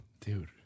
dude